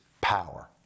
power